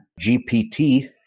GPT